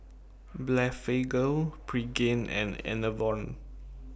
Blephagel Pregain and Enervon